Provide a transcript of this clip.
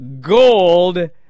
gold